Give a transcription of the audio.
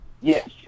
yes